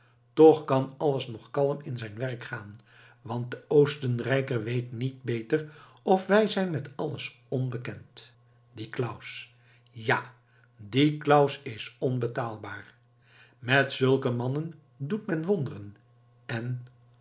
toch kan alles nog kalm in zijn werk gaan want de oostenrijker weet niet beter of wij zijn met alles onbekend die claus ja die claus is onbetaalbaar met zulke mannen doet men wonderen en